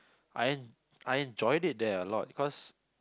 I en~ I enjoyed it there a lot cause